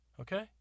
Okay